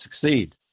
succeed